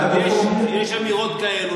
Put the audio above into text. יש אמירות כאלה,